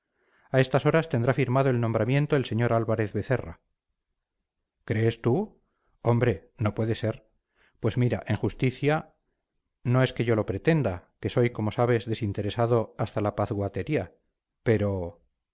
a estas horas tendrá firmado el nombramiento el señor álvarez becerra crees tú hombre no puede ser pues mira en justicia no es que yo lo pretenda que soy como sabes desinteresado hasta la pazguatería pero